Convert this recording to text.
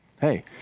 hey